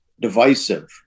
divisive